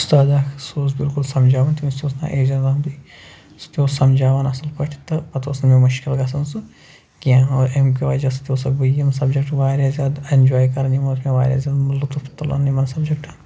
اُستاد اکھ سُہ اوس بلکُل سمجھاون تٔمِس تہِ اوس ناو ایجاز احمدٕے سُہ تہِ اوس سمجھاوان اَصٕل پٲٹھۍ تہٕ پتہٕ اوس نہٕ مےٚ مُشکِل گَژھان سُہ کیٚنٛہہ اور اَمہِ کہِ وجہ سۭتۍ اوسکھ بہٕ یِم سبجکٹہٕ وارِیاہ زیادٕ اینجاے کَران یِمن اوس مےٚ وارِیاہ زیادٕ لُطف تُلان یِمن سبجکٹن